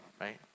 right